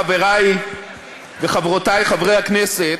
חברי וחברותי חברי הכנסת,